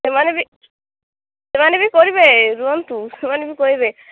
ସେମାନେ ବି ସେମାନେ ବି କରିବେ ରୁହନ୍ତୁ ସେମାନେ ବି କହିବେ